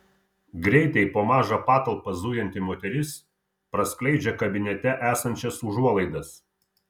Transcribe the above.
greitai po mažą patalpą zujanti moteris praskleidžia kabinete esančias užuolaidas